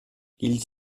ils